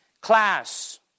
Class